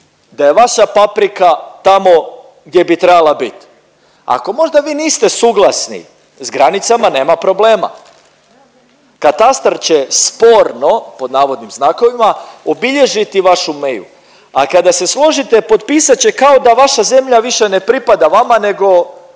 da je vaša paprika gdje bi trebala bit. Ako možda vi niste suglasni s granicama, nema problema, katastar će „sporno“ obilježiti vašu meju, a kada se složite potpisat će kao da vaša zemlja više ne pripada vama nego